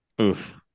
Oof